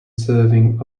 serving